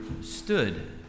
stood